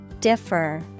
Differ